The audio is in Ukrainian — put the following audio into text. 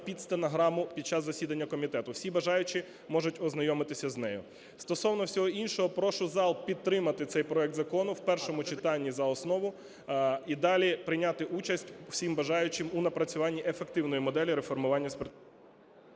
під стенограму під час засідання комітету, всі бажаючі можуть ознайомитися з нею. Стосовно всього іншого, прошу зал підтримати цей проект закону в першому читанні за основу і далі прийняти участь всім бажаючим у напрацюванні ефективної моделі реформування… ГОЛОВУЮЧИЙ.